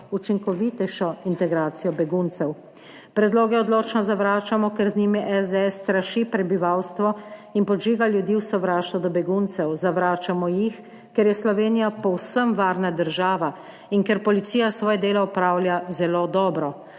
učinkovitejšo integracijo beguncev. Predloge odločno zavračamo, ker z njimi SDS straši prebivalstvo in podžiga ljudi v sovraštvo do beguncev. Zavračamo jih, ker je Slovenija povsem varna država in ker policija svoje delo opravlja zelo dobro.